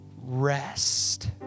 rest